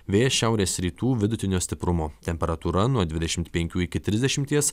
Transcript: vėjas šiaurės rytų vidutinio stiprumo temperatūra nuo dvidešimt penkių iki trisdešimties